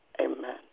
Amen